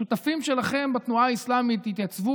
השותפים שלכם בתנועה האסלאמית יתייצבו